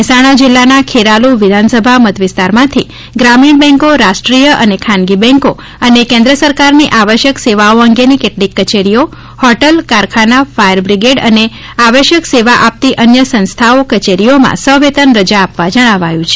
મહેસાણા જીલ્લાના ખેરાલુ વિધાનસભા મતવિસ્તારમાંથી ગ્રામીણ બેન્કો રાષ્ટ્રીય અને ખાનગી બેંકો અને કેન્દ્ર સરકારની આવશ્થક સેવાઓ અંગેની કેટલીક કચેરીઓ હોટલ કારખાના ફાથર બ્રિગેડ અને આવશ્યકસેવા આવતી અન્ય સંસ્થાઓ કચેરીઓમાં સવેતન રજા આપવા જણાવ્યું છે